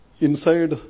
inside